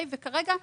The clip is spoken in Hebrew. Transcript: כרגע,